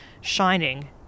shining